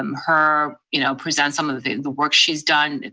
um her you know present some of the the work she's done,